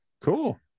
cool